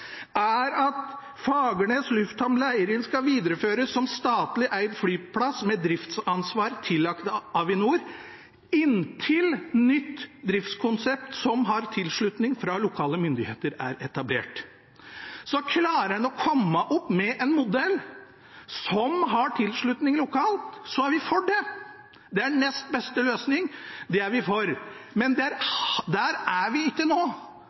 er at Fagernes lufthamn Leirin skal «videreføres som statlig eid flyplass med driftsansvar tillagt Avinor» inntil nytt driftskonsept som har tilslutning fra lokale myndigheter, er etablert. Så klarer en å komme opp med en modell som har tilslutning lokalt, er vi for det. Det er nest beste løsning – det er vi for. Men der er vi ikke nå.